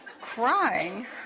crying